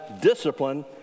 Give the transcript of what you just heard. discipline